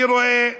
אני רואה,